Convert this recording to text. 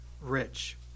rich